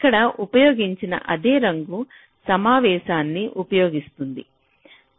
ఇక్కడ ఉపయోగించిన అదే రంగు సమావేశాన్ని ఉపయోగిస్తున్నాను